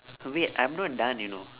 wait I'm not done you know